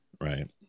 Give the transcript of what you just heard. Right